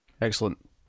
excellent